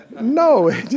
No